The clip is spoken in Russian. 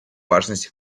важности